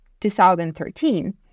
2013